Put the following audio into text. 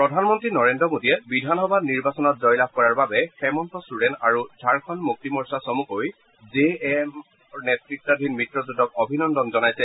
প্ৰধানমন্ত্ৰী নৰেন্দ্ৰ মোদীয়ে বিধানসভা নিৰ্বাচনত জয়লাভ কৰাৰ বাবে হেমন্ত ছোৰেন আৰু ঝাৰখণ্ড মুক্তিমৰ্চা চমুকৈ জে এম এম নেত়তাধীন মিত্ৰজোঁটক অভিনন্দন জনাইছে